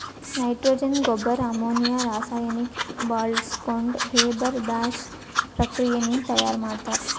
nitrogen ಗೊಬ್ಬರ್ ammonia ರಾಸಾಯನಿಕ್ ಬಾಳ್ಸ್ಕೊಂಡ್ ಹೇಬರ್ ಬಾಷ್ ಪ್ರಕ್ರಿಯೆ ನಿಂದ್ ತಯಾರ್ ಮಾಡ್ತರ್